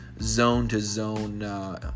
zone-to-zone